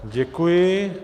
Děkuji.